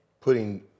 putting